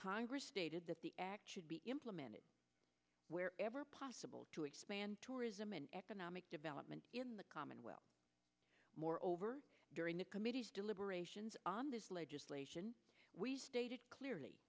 congress stated that the act should be implemented wherever possible to expand tourism and economic development in the commonwealth moreover during the committee's deliberations on this legislation we stated clearly